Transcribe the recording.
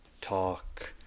talk